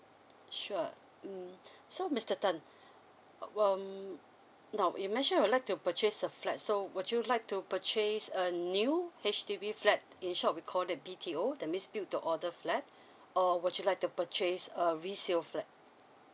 sure mm so mister tan um now you mention you would like to purchase a flat so would you like to purchase a new H_D_B flat in short we call that B_T_O that means build to order flat or would you like to purchase a resale flat